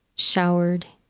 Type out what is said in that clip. showered,